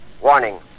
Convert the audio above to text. Warning